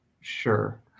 sure